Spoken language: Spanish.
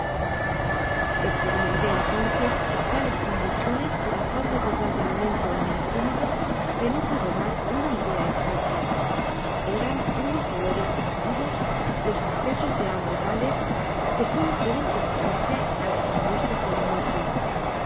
esperimentó entonces tales convulsiones por la falta total de alimento en el estómago que no puedo dar una idea exacta eran unos dolores tan agudos los accesos de bambre tales que solo pueden compararse á las angustian